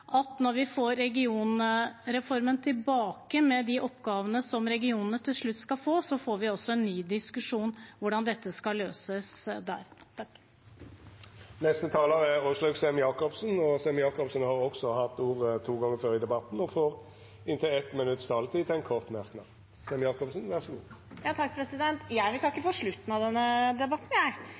når vi får regionreformen tilbake, med de oppgavene regionene til slutt skal få, får vi en ny diskusjon om hvordan dette skal løses. Representanten Åslaug Sem-Jacobsen har hatt ordet to gonger tidlegare og får ordet til ein kort merknad, avgrensa til 1 minutt. Jeg vil takke for slutten av denne debatten, jeg,